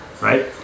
right